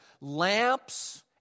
Lamps